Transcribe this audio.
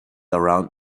around